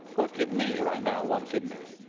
or kidney right now. one kidney.